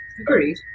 Agreed